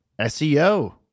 SEO